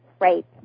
Right